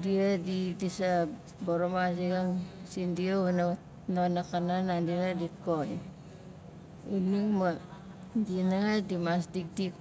dia di lis a boromazigang sindia wana non akanan nandi nanga dit poxin xuning ma, dia nanga dimas dikdik